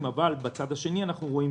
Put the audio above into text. בצד השני אנחנו רואים